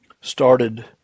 started